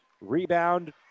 Rebound